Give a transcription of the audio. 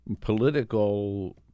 political